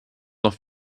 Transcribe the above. noch